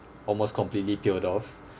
almost completely peeled off